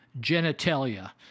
genitalia